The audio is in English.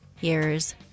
years